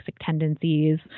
tendencies